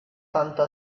tanto